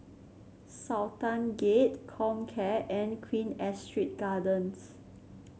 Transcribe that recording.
Sultan Gate Comcare and Queen Astrid Gardens